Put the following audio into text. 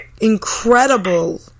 incredible